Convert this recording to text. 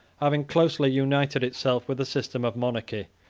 having closely united itself with the system of monarchy,